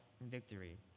victory